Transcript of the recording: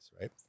right